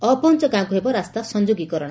ଅପହଞ ଗାଁକୁ ହେବ ରାସ୍ତା ସଂଯୋଗୀକରଣ